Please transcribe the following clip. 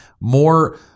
more